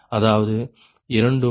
அதாவது இரண்டும் λ 46